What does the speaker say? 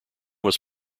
was